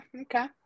Okay